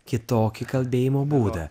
kitokį kalbėjimo būdą